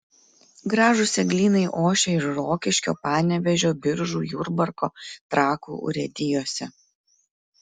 gražūs eglynai ošia ir rokiškio panevėžio biržų jurbarko trakų urėdijose